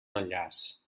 enllaç